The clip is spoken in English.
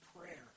prayer